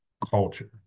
culture